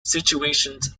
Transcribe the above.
situations